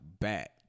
back